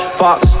fox